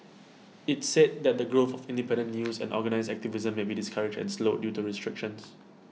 IT said that the growth of independent news and organised activism may be discouraged and slowed due to restrictions